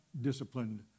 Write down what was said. disciplined